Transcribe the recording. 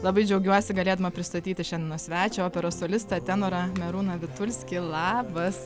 labai džiaugiuosi galėdama pristatyti šiandienos svečią operos solistą tenorą merūną vitulskį labas